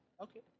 Okay